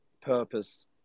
purpose